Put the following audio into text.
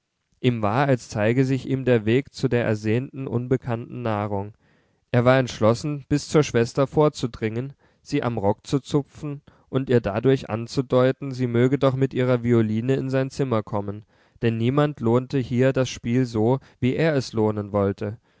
ihm war als zeige sich ihm der weg zu der ersehnten unbekannten nahrung er war entschlossen bis zur schwester vorzudringen sie am rock zu zupfen und ihr dadurch anzudeuten sie möge doch mit ihrer violine in sein zimmer kommen denn niemand lohnte hier das spiel so wie er es lohnen wollte